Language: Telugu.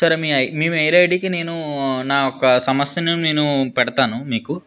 సరే మీ ఐ మీ మెయిల్ ఐడికి నేను నా యొక్క సమస్యను నేను పెడతాను మీకు